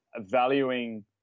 valuing